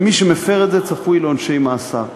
ומי שמפר את זה צפוי לעונשי מאסר.